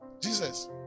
jesus